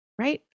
right